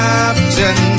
Captain